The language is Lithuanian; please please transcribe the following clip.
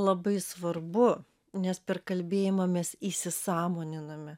labai svarbu nes per kalbėjimą mes įsisąmoniname